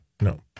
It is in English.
No